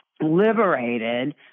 liberated